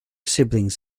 siblings